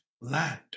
land